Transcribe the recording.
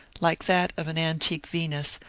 like that of an antique venus,